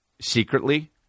secretly